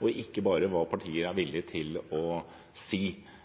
og ikke bare hva partier er villige til å si.